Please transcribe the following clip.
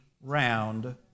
round